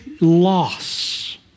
loss